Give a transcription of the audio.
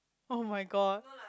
oh-my-god